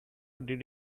did